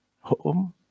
home